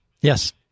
yes